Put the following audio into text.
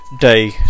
day